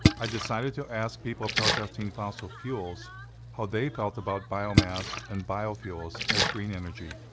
i decided to ask people protesting fossil fuels how they felt about biomass and biofuels as green energy.